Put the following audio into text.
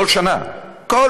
כל שנה, מאיר.